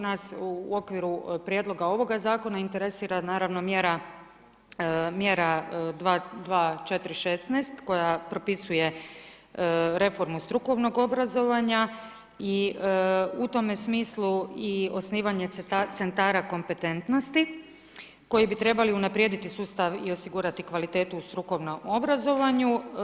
Nas u okviru prijedloga ovoga zakona interesira naravno mjera 24 16 koja propisuje reformu i strukovnog obrazovanja i u tome smislu i osnivanje centara kompetentnosti koji bi trebali unaprijediti sustav i osigurati kvalitetu u strukovnom obrazovanju.